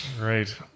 Right